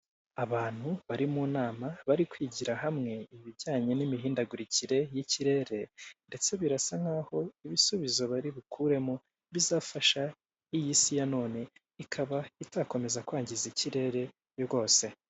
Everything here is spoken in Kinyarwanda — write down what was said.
Abantu bari mu nama, bari kwigira hamwe ibijyanye n'imihindagurikire y'ikirere, ndetse birasa nk'aho ibisubizo bari bukuremo bizafasha iyi si ya none, ikaba itakomeza kwangiza ikirere rwose.